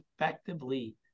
effectively